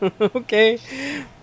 okay